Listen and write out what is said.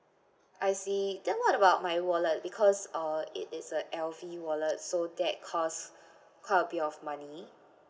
I see then what about my wallet because uh it is a L_V wallet so that cost quite a bit of money